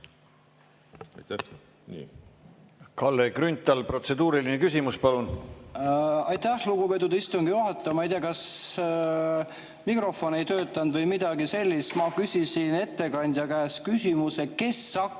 Kalle Grünthal, protseduuriline küsimus, palun! Aitäh, lugupeetud istungi juhataja! Ma ei tea, kas mikrofon ei töötanud või midagi sellist. Ma küsisin ettekandja käest, kes hakkab